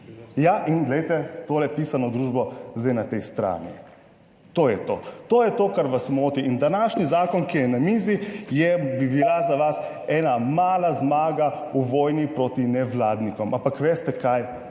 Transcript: in glejte tole pisano družbo zdaj na tej strani, to je to. To je to kar vas moti. In današnji zakon, ki je na mizi, je bila za vas ena mala zmaga v vojni proti nevladnikom.